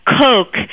Coke